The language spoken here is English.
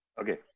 Okay